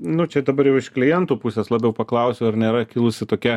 nu čia dabar jau iš klientų pusės labiau paklausiu ar nėra kilusi tokia